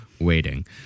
waiting